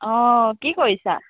অ কি কৰিছা